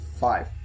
Five